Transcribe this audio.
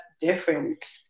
different